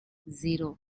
zero